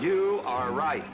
you are right